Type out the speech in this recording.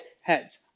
heads